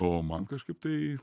o man kažkaip tai